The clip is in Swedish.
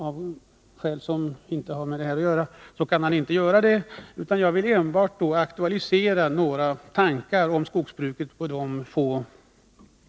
Då han har fått förhinder vill jag på den korta tid jag har kvar aktualisera några tankar om skogsbruket.